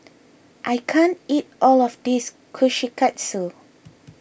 I can't eat all of this Kushikatsu